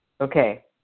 okay